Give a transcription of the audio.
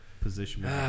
position